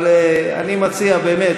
אבל אני מציע, באמת,